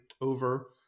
over